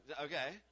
Okay